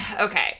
Okay